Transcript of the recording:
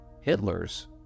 Hitler's